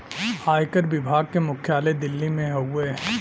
आयकर विभाग के मुख्यालय दिल्ली में हउवे